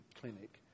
clinic